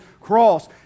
cross